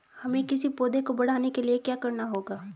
हमें किसी पौधे को बढ़ाने के लिये क्या करना होगा?